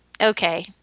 okay